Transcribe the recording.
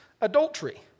adultery